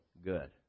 good